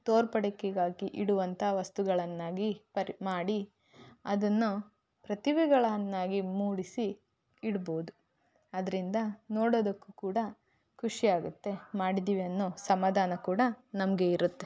ತೋರ್ಪಡಿಕೆಗಾಗಿ ಇಡುವಂಥ ವಸ್ತುಗಳನ್ನಾಗಿ ಪರಿ ಮಾಡಿ ಅದನ್ನು ಪ್ರತಿಭೆಗಳನ್ನಾಗಿ ಮೂಡಿಸಿ ಇಡ್ಬೋದು ಅದರಿಂದ ನೋಡೋದಕ್ಕೂ ಕೂಡ ಖುಷಿಯಾಗತ್ತೆ ಮಾಡಿದ್ದೀವಿ ಅನ್ನೊ ಸಮಾಧಾನ ಕೂಡ ನಮಗೆ ಇರತ್ತೆ